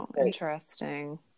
Interesting